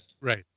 Right